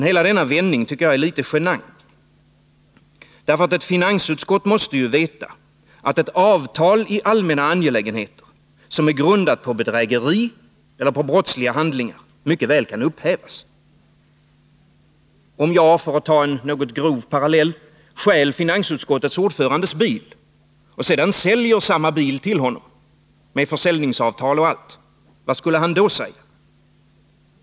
Hela denna vändning tycker jag är litet genant. Ett finansutskott måste ju veta att ett avtal i allmänna angelägenheter som är grundat på bedrägeri eller brottsliga handlingar mycket väl kan upphävas. Om jag, för att ta en något grov parallell, stjäl finansutskottets ordförandes bil och sedan säljer samma bil till honom — med försäljningsavtal och allt — vad skulle han då säga?